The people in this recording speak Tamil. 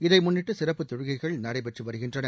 இதை முன்னிட்டு சிறப்பு தொழுகைகள் நடைபெற்று வருகின்றன